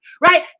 right